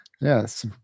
Yes